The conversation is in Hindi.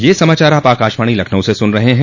ब्रे क यह समाचार आप आकाशवाणी लखनऊ से सुन रहे हैं